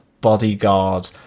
bodyguard